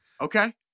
Okay